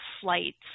flights